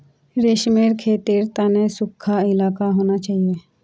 रेशमेर खेतीर तने सुखा इलाका होना चाहिए